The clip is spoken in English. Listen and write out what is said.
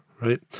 Right